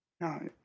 No